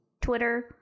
Twitter